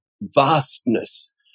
vastness